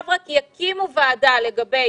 רק עכשיו יקימו ועדה לגבי